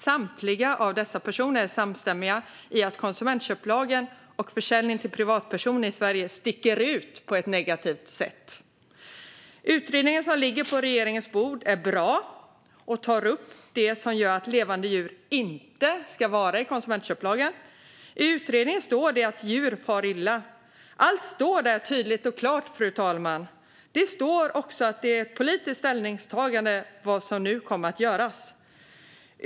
Samtliga dessa personer är samstämmiga om att konsumentköplagen och försäljning till privatpersoner i Sverige sticker ut på ett negativt sätt. Utredningen, som ligger på regeringens bord, är bra och tar upp det som gör att levande djur inte ska omfattas av konsumentköplagen. I utredningen står det att djur far illa. Allt står där tydligt och klart, fru talman. Det står också att vad som nu kommer att göras är ett politiskt ställningstagande.